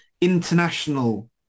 international